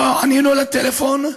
לא ענינו לטלפון,